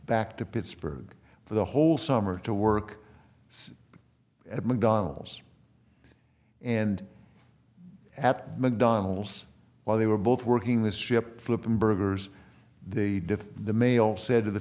back to pittsburgh for the whole summer to work at mcdonald's and at mcdonald's while they were both working this ship flipping burgers they differ the mail said to the